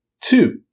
Two